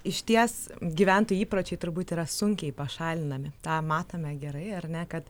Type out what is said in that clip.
išties gyventojų įpročiai turbūt yra sunkiai pašalinami tą matome gerai ar ne kad